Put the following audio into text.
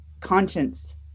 conscience